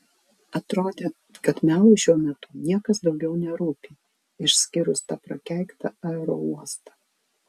atrodė kad melui šiuo metu niekas daugiau nerūpi išskyrus tą prakeiktą aerouostą